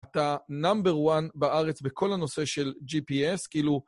אתה נאמבר וואן בארץ בכל הנושא של GPS, כאילו...